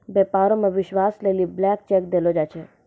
व्यापारो मे विश्वास लेली ब्लैंक चेक देलो जाय छै